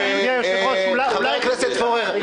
חבר הכנסת פורר,